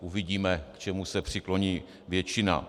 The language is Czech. Uvidíme, k čemu se přikloní většina.